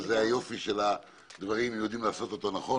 וזה היופי של הדברים אם יודעים לעשות אותם נכון,